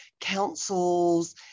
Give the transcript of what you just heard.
councils